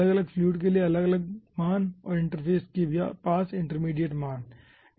अलग अलग फ्लूईड के लिए अलग अलग मान और इंटरफ़ेस के पास इंटरमीडिएट मान होगा